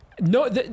No